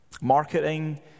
Marketing